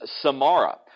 Samara